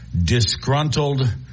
disgruntled